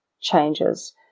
changes